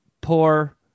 poor